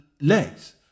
legs